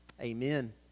Amen